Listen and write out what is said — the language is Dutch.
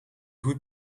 goed